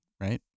right